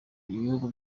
ibihugu